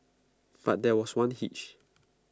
but there was one hitch